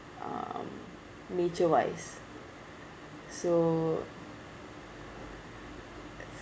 um nature wise so